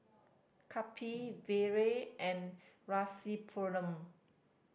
Kapil Vedre and Rasipuram